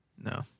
No